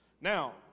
Now